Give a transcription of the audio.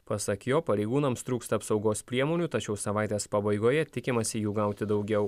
pasak jo pareigūnams trūksta apsaugos priemonių tačiau savaitės pabaigoje tikimasi jų gauti daugiau